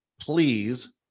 please